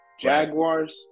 Jaguars